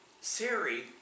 Siri